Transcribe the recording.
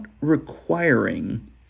requiring